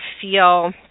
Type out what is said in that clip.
feel